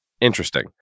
Interesting